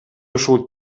ушул